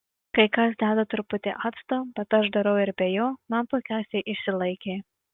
kai kas deda truputį acto bet aš dariau ir be jo man puikiausiai išsilaikė